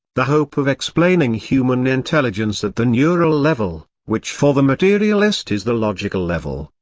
the hope of explaining human intelligence at the neural level, which for the materialist is the logical level,